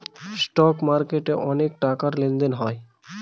stock মার্কেটে অনেক টাকার লেনদেন হয়